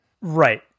Right